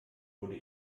wurde